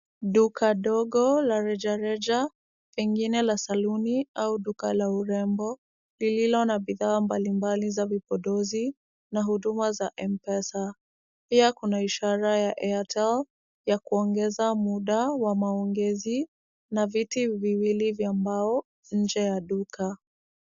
Duka ndogo la reja reja, pengine la saluni au duka la urembo, lililo na bidhaa mbali mbali za vipodozi na huduma za M-Pesa. Pia kuna ishara ya Airtel ya kuongeza muda wa maongezi, na viti viwili vya mbao nje ya duka.